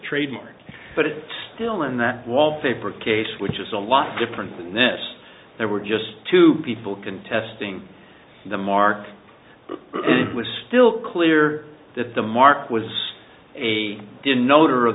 trademark but it still in that wallpaper case which is a lot different than that there were just two people contesting the mark was still clear that the mark was a d